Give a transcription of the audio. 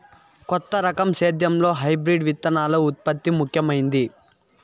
కొత్త రకం సేద్యంలో హైబ్రిడ్ విత్తనాల ఉత్పత్తి ముఖమైంది